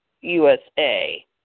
USA